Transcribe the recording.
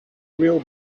real